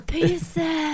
Peace